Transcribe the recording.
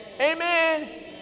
Amen